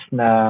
na